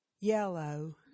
yellow